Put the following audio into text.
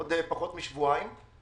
עוד פחות משבועיים,